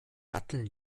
datteln